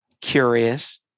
curious